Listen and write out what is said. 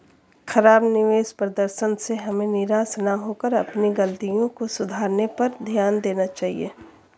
खराब निवेश प्रदर्शन से हमें निराश न होकर अपनी गलतियों को सुधारने पर ध्यान देना चाहिए